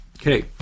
Okay